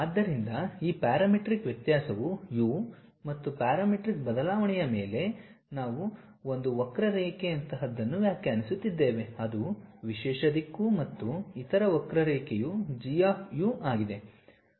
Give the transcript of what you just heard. ಆದ್ದರಿಂದ ಆ ಪ್ಯಾರಾಮೀಟ್ರಿಕ್ ವ್ಯತ್ಯಾಸವು u ಮತ್ತು ಪ್ಯಾರಾಮೀಟ್ರಿಕ್ ಬದಲಾವಣೆಯ ಮೇಲೆ ನಾವು ಒಂದು ವಕ್ರರೇಖೆಯಂತಹದನ್ನು ವ್ಯಾಖ್ಯಾನಿಸುತ್ತಿದ್ದೇವೆ ಅದು ವಿಶೇಷ ದಿಕ್ಕು ಮತ್ತು ಇತರ ವಕ್ರರೇಖೆಯು G ಆಫ್ u ಆಗಿದೆ